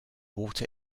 water